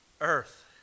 earth